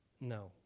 No